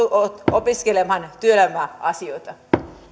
opiskelemaan työelämäasioita